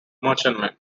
merchantmen